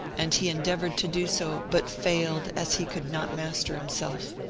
and he endeavoured to do so, but failed, as he could not master himself.